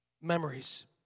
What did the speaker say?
memories